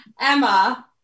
Emma